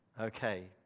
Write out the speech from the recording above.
Okay